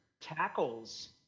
tackles